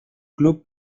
club